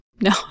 No